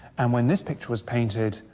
and when this picture was painted,